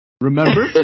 Remember